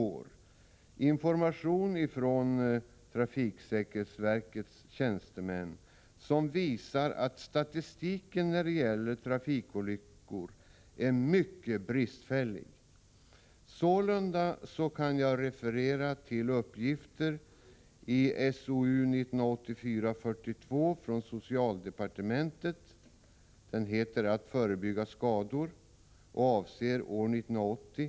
Det är information från trafiksäkerhetsverkets tjänstemän som visar att statistiken när det gäller trafikolyckor är mycket bristfällig. Sålunda kan jag referera till uppgifter i SOU 1984:42 från socialdepartementet, Att förebygga skador, som avser år 1980.